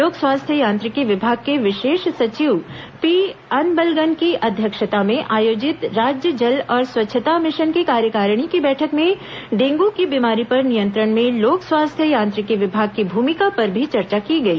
लोक स्वास्थ्य यांत्रिकी विभाग के विशेष सचिव पी अन्बलगन की अध्यक्षता में आयोजित राज्य जल और स्वच्छता मिशन की कार्यकारिणी की बैठक में डेंगू की बीमारी पर नियंत्रण में लोक स्वास्थ्य यांत्रिकी विभाग की भुमिका पर भी चर्चा की गई